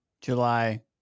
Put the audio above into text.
July